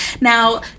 Now